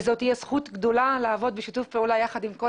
וזאת תהיה זכות גדולה לעבוד בשיתוף פעולה יחד עם כל